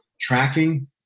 tracking